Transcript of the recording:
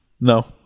No